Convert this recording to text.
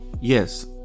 Yes